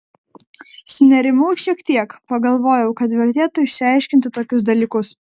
sunerimau šiek tiek pagalvojau kad vertėtų išsiaiškinti tokius dalykus